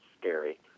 scary